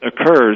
occurs